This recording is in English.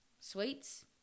sweets